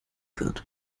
wird